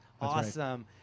Awesome